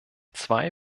zwei